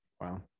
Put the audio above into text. Wow